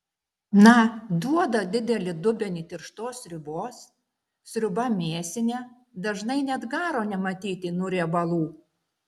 na duoda didelį dubenį tirštos sriubos sriuba mėsinė dažnai net garo nematyti nuo riebalų